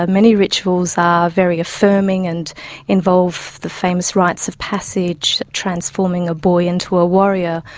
ah many rituals are very affirming and involve the famous rites of passage, transforming a boy into a warrior,